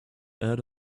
add